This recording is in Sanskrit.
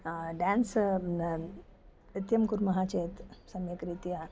डेन्स् न नृत्यं कुर्मः चेत् सम्यक् रीत्या